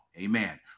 Amen